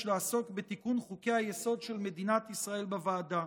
לעסוק בתיקון חוקי-היסוד של מדינת ישראל בוועדה,